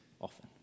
often